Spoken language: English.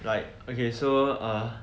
like okay so uh